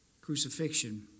crucifixion